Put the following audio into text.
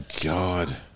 God